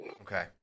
Okay